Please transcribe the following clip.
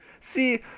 See